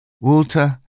Walter